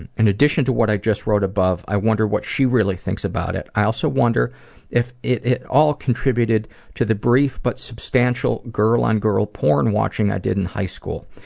in and addition to what i just wrote above, i wonder what she really thinks about it. i also wonder if it at all contributed to the brief but substantial girl on girl porn watching i did in high school.